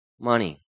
money